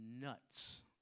nuts